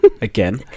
again